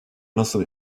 nasıl